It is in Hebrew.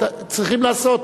צריכים לעשות,